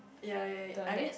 ya ya ya I mean